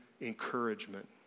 encouragement